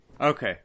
Okay